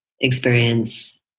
experience